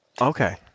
Okay